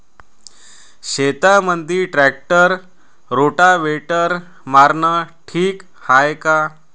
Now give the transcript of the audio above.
शेतामंदी tractor rotavator मारनं ठीक हाये का?